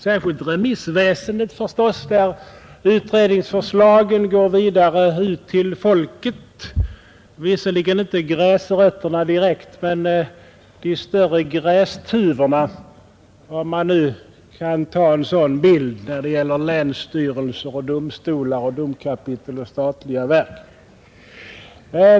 Särskilt gäller detta remissväsendet därigenom att utredningsförslagen går vidare ut till folket — visserligen inte till gräsrötterna direkt men till de större grästuvorna, om man nu kan ta en så vanvördig bild när det gäller länsstyrelser, domstolar, domkapitel och statliga verk.